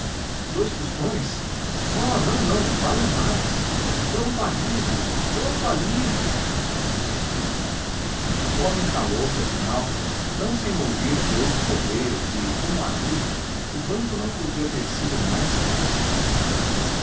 dous tostões oh não não valem mais pronto alívio pronto alívio o homem calou-se afinal não sem ouvir de outro coveiro que como alívio o banco não podia ter sido mais pronto